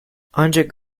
ancak